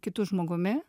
kitu žmogumi